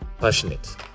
Passionate